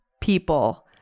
people